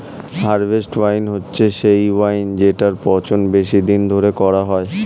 harvest wine হচ্ছে সেই wine জেটার পচন বেশি দিন ধরে করা হয়